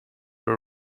were